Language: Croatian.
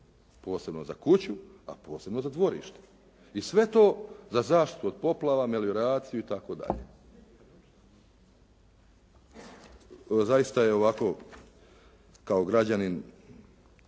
posebno za kuću a posebno za dvorište i sve to za zaštitu od poplava, melioraciju itd. Zaista je ovako kao građanin